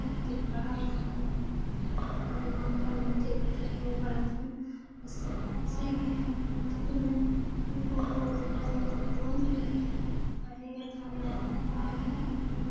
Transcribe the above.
ᱪᱮᱫ ᱵᱟᱲᱟᱭᱮᱱᱟᱵᱚᱱ ᱟᱫᱚ ᱱᱚᱣᱟ ᱠᱚᱨᱮᱱ ᱫᱚ ᱪᱮᱫ ᱛᱮᱫ ᱦᱚᱸ ᱵᱟᱠᱚ ᱵᱟᱲᱟᱭ ᱛᱟᱦᱮᱱ ᱤᱥᱤᱜᱮ ᱪᱮᱫ ᱢᱟᱱᱮ ᱩᱱᱠᱩ ᱠᱚ ᱵᱮᱯᱟᱨᱤᱭᱟᱹ ᱠᱚᱠᱚ ᱛᱟᱦᱮᱸ ᱞᱮᱱᱟᱭ ᱴᱟᱴᱟ ᱦᱟᱲᱟᱢ ᱦᱚᱸ